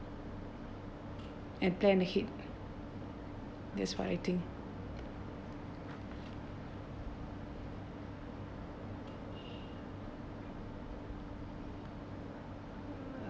and plan ahead that's what I think